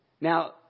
Now